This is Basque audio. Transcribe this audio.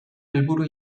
helburu